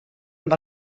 amb